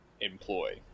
employ